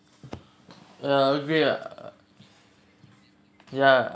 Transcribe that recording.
ya agree ah ya